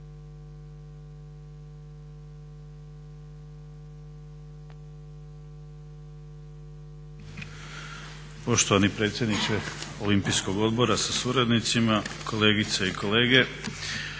Poštovani predsjedniče Olimpijskog odbora sa suradnicima, kolegice i kolege.